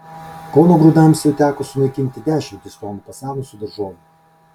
kauno grūdams jau teko sunaikinti dešimtis tonų pasenusių daržovių